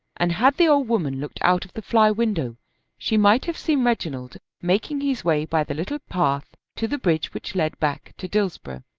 and had the old woman looked out of the fly window she might have seen reginald making his way by the little path to the bridge which led back to dillsborough.